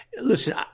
listen